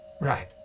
Right